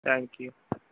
thank you